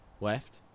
Left